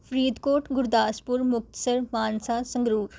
Faridkot Gurdaspur Muktsar Mansa Sangrur